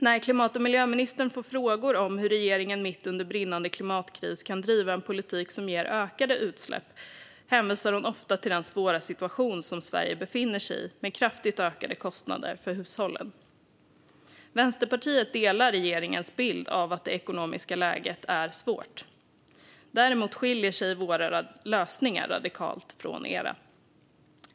När klimat och miljöministern får frågor om hur regeringen mitt under brinnande klimatkris kan driva en politik som ger ökade utsläpp hänvisar hon ofta till den svåra situation Sverige befinner sig i, med kraftigt ökade kostnader för hushållen. Vänsterpartiet delar regeringens bild att det ekonomiska läget är svårt, men däremot skiljer sig våra lösningar radikalt från regeringens.